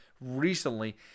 recently